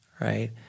right